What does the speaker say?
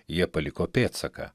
jie paliko pėdsaką